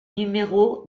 numéro